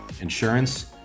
insurance